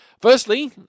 firstly